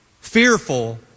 fearful